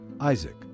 Isaac